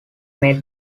made